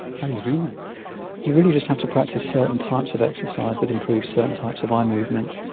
how are you doing that? you really just have to practice certain types of exercise that improves certain types of eye movement.